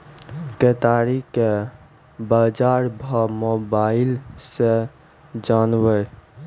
केताड़ी के बाजार भाव मोबाइल से जानवे?